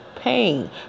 pain